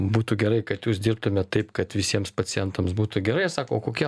būtų gerai kad jūs dirbtumėt taip kad visiems pacientams būtų gerai jie sako o kokia